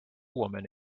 woman